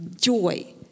joy